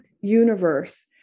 universe